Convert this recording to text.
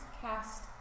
cast